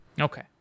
Okay